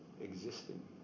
existing